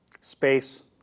Space